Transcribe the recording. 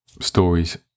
stories